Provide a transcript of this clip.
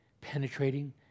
penetrating